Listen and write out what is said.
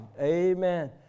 Amen